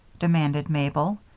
demanded mabel.